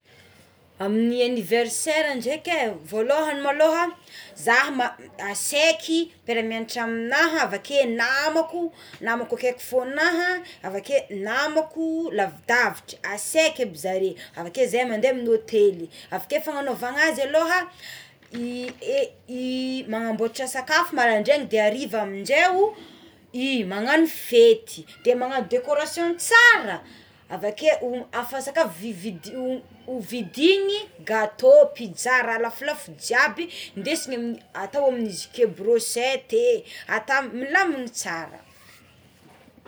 Amigny aniversera dreky e volohany maloha zah aseky mpiara mianatra aminahy avake namako namako akeky fonaha avakeo namako lavidavitra aseky aby zareo aveke zay mandeha amin'ny hôtely, avy teo fanaovana azy aloha i i manamboatra sakafo marandraigny ariva amindreo i magnagno fety de magnagno decoration tsarà, avakeo o afa sakafo vid- hovidigny gatô pizza raha lafolafo jiaby ndesigny atao amin'izy keo brosety ata milamigny tsara.